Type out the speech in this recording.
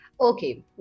okay